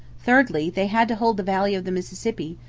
thirdly, they had to hold the valley of the mississippi,